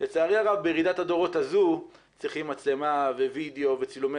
לצערי הרב בירידת הדורות הזו צריכים מצלמה וגם וידאו וצילומי